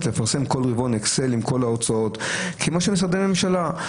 לפרסם כל רבעון אקסל עם כל ההוצאות כמו משרדי ממשלה,